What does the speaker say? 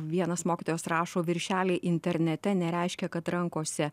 vienas mokytojas rašo viršeliai internete nereiškia kad rankose